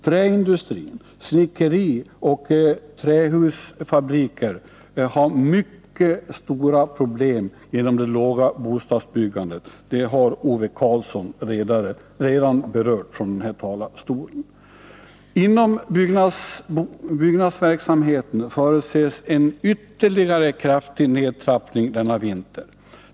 Träindustri, snickerioch trähusfabriker, har mycket stora problem genom det låga bostadsbyggandet; det har Ove Karlsson redan berört. Inom byggnadsverksamheten förutses en ytterligare kraftig nedtrappning denna vinter.